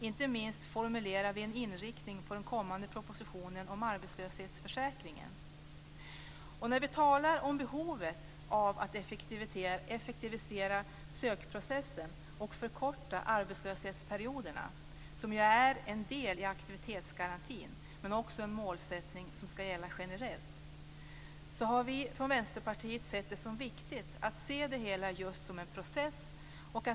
Inte minst formulerar vi en inriktning på den kommande propositionen om arbetslöshetsförsäkringen. När vi talat om behovet av att effektivisera sökprocessen och förkorta arbetslöshetsperioderna, som ju är en del av aktivitetsgarantin och också en målsättning som ska gälla generellt, har vi i Vänsterpartiet ansett det vara viktigt att se det hela just som en process.